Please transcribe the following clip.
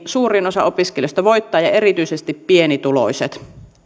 suurin osa opiskelijoista voittaa ja erityisesti pienituloiset